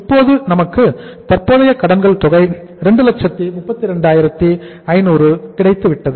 இப்போது நமக்கு தற்போதைய கடன்கள் தொகை 232500 கிடைத்துவிட்டது